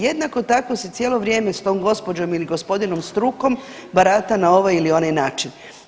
Jednako tako se cijelo vrijeme s tom gospođom ili gospodinom strukom barata na ovaj ili onaj način.